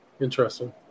Interesting